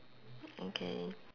okay